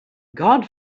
god